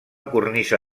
cornisa